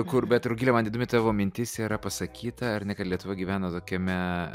kur bet rugile man įdomi tavo mintis yra pasakyta ar ne kad lietuva gyvena tokiame